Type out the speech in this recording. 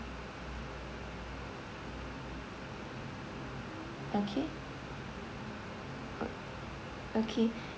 okay uh okay